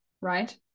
right